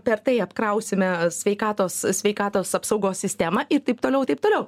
per tai apkrausime sveikatos sveikatos apsaugos sistemą ir taip toliau taip toliau